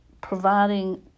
providing